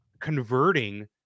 converting